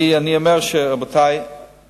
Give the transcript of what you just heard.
אני אומר שאנחנו,